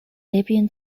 libyan